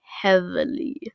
heavily